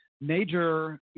major